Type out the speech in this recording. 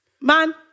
Man